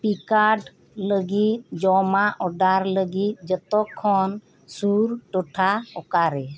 E ᱠᱟᱰ ᱞᱟᱹᱜᱤᱫ ᱡᱚᱢᱟᱜ ᱚᱰᱟᱨ ᱞᱟᱹᱜᱤᱫ ᱡᱚᱛᱚᱠᱷᱚᱱ ᱥᱩᱨ ᱴᱚᱴᱷᱟ ᱚᱠᱟᱨᱮ